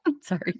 sorry